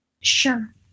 Sure